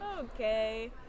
Okay